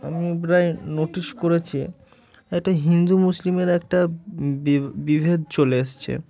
আমি প্রায় নোটিশ করেছি একটা হিন্দু মুসলিমের একটা বি বিভেদ চলে এসেছে